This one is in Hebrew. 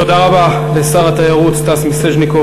תודה רבה לשר התיירות סטס מיסז'ניקוב